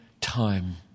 time